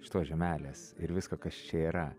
šitos žemelės ir visko kas čia yra